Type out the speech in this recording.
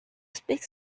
speak